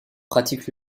pratique